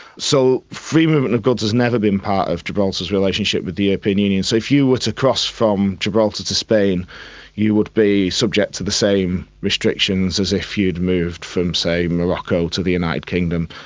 so free movement of goods has never been part of gibraltar's relationship with the european union. so if you were to cross from gibraltar to spain you would be subject to the same restrictions as if you had moved from, say, morocco to the united kingdom.